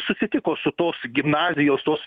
susitiko su tos gimnazijos tos